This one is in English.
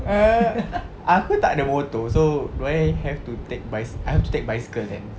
err aku tak ada motor so do I have to take bic~ I have to take bicycle then